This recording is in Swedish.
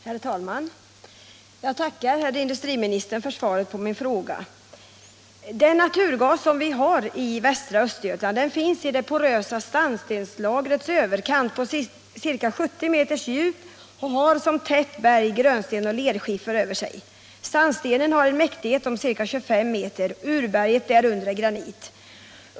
Herr talman! Jag tackar herr industriministern för svaret på min fråga. Den naturgas som påträffats i västra Östergötland finns i det porösa sandstenslagrets överkant på ca 70 m djup och har som tätt berg grönsten och lerskiffer över sig. Sandstenen har en mäktighet om ca 25 m. Urberget därunder är granit.